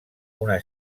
una